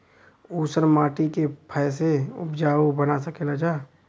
ऊसर माटी के फैसे उपजाऊ बना सकेला जा?